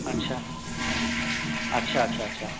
अच्छा अच्छा अच्छा अच्छा